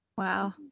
wow